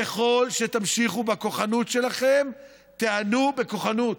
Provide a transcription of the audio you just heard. ככל שתמשיכו בכוחנות שלכם תיענו בכוחנות,